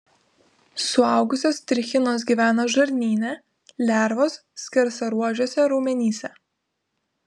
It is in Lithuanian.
suaugusios trichinos gyvena žarnyne lervos skersaruožiuose raumenyse